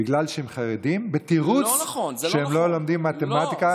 בגלל שהם חרדים, בתירוץ שהם לא לומדים מתמטיקה.